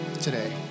today